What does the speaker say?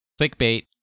Clickbait